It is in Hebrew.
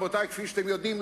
כמו שאתם יודעים,